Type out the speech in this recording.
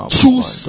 choose